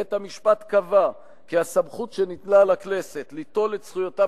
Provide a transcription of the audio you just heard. בית-המשפט קבע כי הסמכות שניתנה לכנסת ליטול את זכויותיו